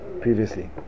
previously